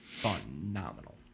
phenomenal